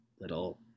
little